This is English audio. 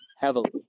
heavily